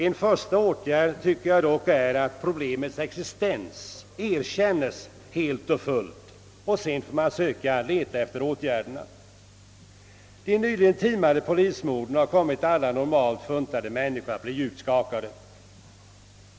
En första åtgärd är att problemets existens erkännes helt och fullt; därefter får man söka finna bot. De nyligen timade polismorden har kommit alla normalt funtade människor att bli djupt skakade.